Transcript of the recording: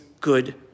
good